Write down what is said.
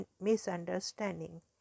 misunderstanding